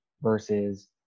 versus